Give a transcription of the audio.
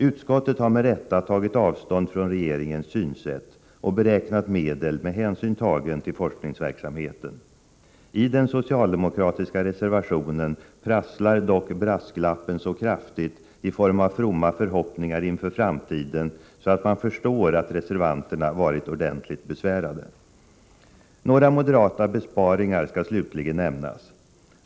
Utskottet har med rätta tagit avstånd från regeringens synsätt och beräknat medel med hänsyn tagen till forskningsverksamheten. I den socialdemokratiska reservationen prasslar dock brasklappen så kraftigt i form av fromma förhoppningar inför framtiden att man förstår att reservanterna varit ordentligt besvärade. Några moderata besparingar skall slutligen nämnas.